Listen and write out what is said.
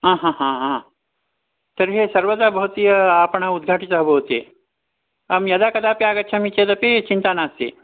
हा हा हा हा तर्हि सर्वदा भवत्याः आपणः उद्घाटितः भवति अहं यदा कदापि आगच्छामि चेदपि चिन्ता नास्ति